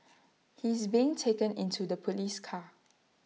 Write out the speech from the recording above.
he is being taken into the Police car